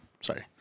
Sorry